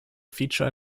feature